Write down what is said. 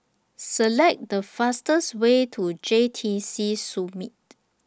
Select The fastest Way to J T C Summit